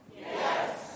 Yes